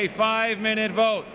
a five minute vote